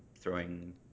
throwing